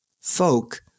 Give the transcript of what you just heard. folk